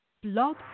Blog